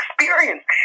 experience